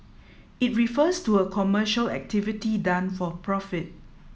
it refers to a commercial activity done for profit